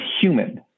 human